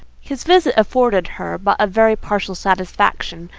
his visit afforded her but a very partial satisfaction,